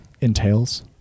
entails